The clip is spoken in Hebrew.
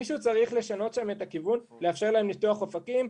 מישהו צריך לשנות שם את הכיוון ולאפשר להם לפתוח אופקים,